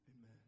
Amen